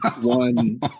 one